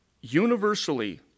universally